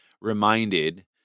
reminded